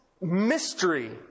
mystery